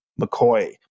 McCoy